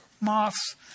moths